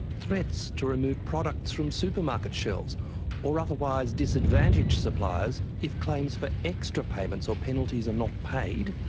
threats to remove products from supermarket shelves or otherwise disadvantage suppliers if claims for extra payments or penalties are not paid.